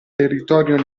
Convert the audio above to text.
territorio